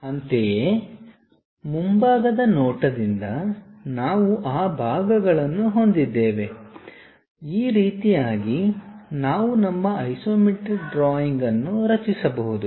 ಅಂತೆಯೇ ಮುಂಭಾಗದ ನೋಟದಿಂದ ನಾವು ಆ ಭಾಗಗಳನ್ನು ಹೊಂದಿದ್ದೇವೆ ಈ ರೀತಿಯಾಗಿ ನಾವು ನಮ್ಮ ಐಸೊಮೆಟ್ರಿಕ್ ಡ್ರಾಯಿಂಗ್ ಅನ್ನು ರಚಿಸಬಹುದು